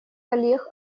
коллег